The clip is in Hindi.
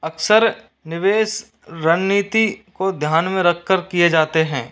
अक्सर निवेश रणनीति को ध्यान में रख कर किये जाते हैं